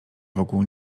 wokół